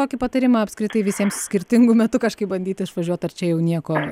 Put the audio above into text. kokį patarimą apskritai visiems skirtingu metu kažkaip bandyt išvažiuot ar čia jau nieko